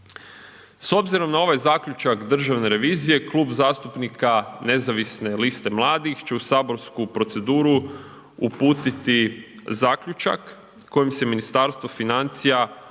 S obzirom na ovaj zaključak Državne revizije, Klub zastupnika Nezavisne liste mladih će u saborsku proceduru uputiti zaključak kojim se Ministarstvo financije